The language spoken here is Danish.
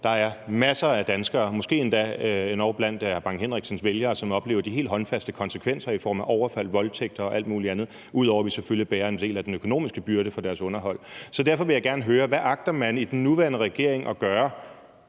Der er masser af danskere, måske endda blandt hr. Preben Bang Henriksens vælgere, som oplever de helt håndfaste konsekvenser i form af overfald, voldtægt og alt muligt andet – ud over at vi selvfølgelig bærer en del af den økonomiske byrde for deres underhold. Derfor vil jeg gerne høre, hvad man agter at gøre i den nuværende regering, hvis